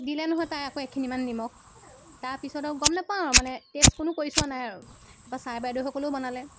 দিলে নহয় তাই আকৌ এখিনিমান নিমখ তাৰপিছত আৰু গম নাপাওঁ আৰু মানে টেষ্ট কোনো কৰি চোৱা নাই আৰু তাপা ছাৰ বাইদেউসকলেও বনালে